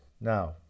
Now